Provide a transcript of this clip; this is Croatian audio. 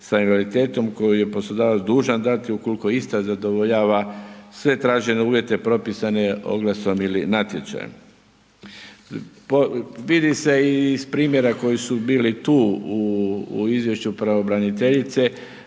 sa invaliditetom kojoj je poslodavac dužan dati ukoliko ista zadovoljava sve tražene uvjete propisane oglasom ili natječajem. Vidi se i iz primjera koji su bili tu u izvješću pravobraniteljice,